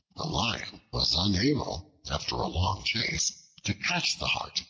the lion was unable after a long chase to catch the hart,